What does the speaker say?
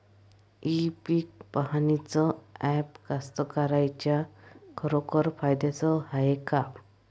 इ पीक पहानीचं ॲप कास्तकाराइच्या खरोखर फायद्याचं हाये का?